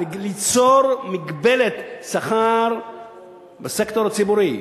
ליצור מגבלת שכר בסקטור הציבורי,